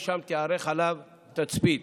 ושם תיערך עליו תצפית.